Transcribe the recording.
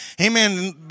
Amen